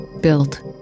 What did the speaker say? Built